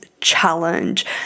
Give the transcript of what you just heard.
challenge